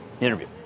interview